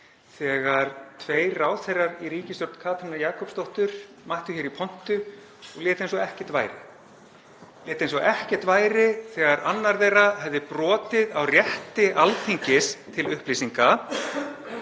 þegar tveir ráðherrar í ríkisstjórn Katrínar Jakobsdóttur mættu hér í pontu og létu eins og ekkert væri, létu eins og ekkert væri þegar annar þeirra hafði brotið á rétti Alþingis til upplýsinga.